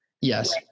Yes